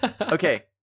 okay